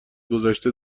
گدشته